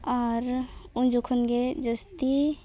ᱟᱨ ᱩᱱ ᱡᱚᱠᱷᱚᱱᱜᱮ ᱡᱟᱹᱥᱛᱤ